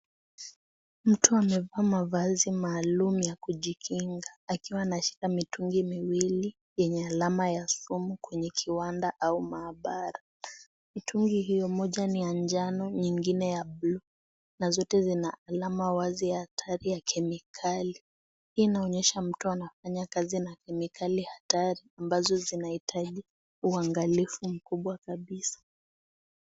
Mtu amevaa mavazi maalum ya kujikinga akiwa anashika mitungi miwili yenye alama ya sumu kwenye kiwanda au maabara. Mitungi hii moja ni ya njano nyingine ya (cs)bluu(cs).na zote zina alama wazi ya hatari ya kemikali .Hii inonyesha mtu anafanya kazi na kemikali hatari ambayo zinahitaji uangalifu mkubwa kabisa.